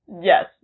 Yes